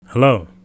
hello